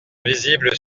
visibles